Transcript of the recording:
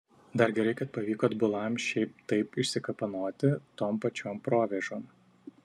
dar gerai kad pavyko atbulam šiaip taip išsikapanoti tom pačiom provėžom